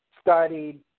studied